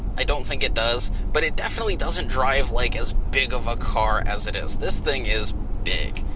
i don't think it does. but it definitely doesn't drive like as big of a car as it is. this thing is big,